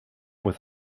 with